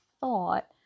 thought